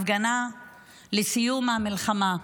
הפגנה לסיום המלחמה.